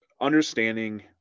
understanding